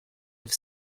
have